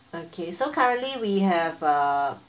okay so currently we have a